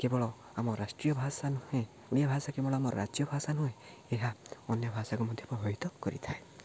କେବଳ ଆମ ରାଷ୍ଟ୍ରୀୟ ଭାଷା ନୁହେଁ ଓଡ଼ିଆ ଭାଷା କେବଳ ଆମ ରାଜ୍ୟ ଭାଷା ନୁହେଁ ଏହା ଅନ୍ୟ ଭାଷାକୁ ମଧ୍ୟ ପ୍ରଭାବିତ କରିଥାଏ